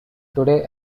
today